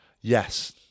Yes